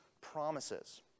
promises